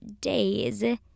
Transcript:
Days